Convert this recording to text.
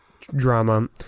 drama